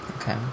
okay